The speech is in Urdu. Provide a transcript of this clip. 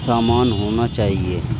سامان ہونا چاہیے